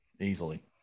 Easily